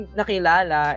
nakilala